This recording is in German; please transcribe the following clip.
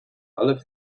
alle